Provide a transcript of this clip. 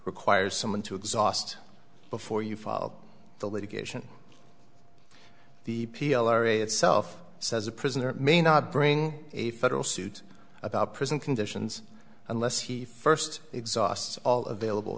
requires someone to exhaust before you follow the litigation the p l r a itself says a prisoner may not bring a federal suit about prison conditions unless he first exhaust all available